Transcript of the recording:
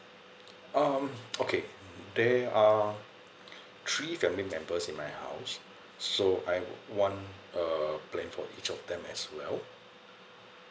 um okay there are three family members in my house so I want a plan for each of them as well